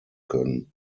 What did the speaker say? können